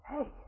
Hey